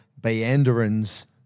Beanderin's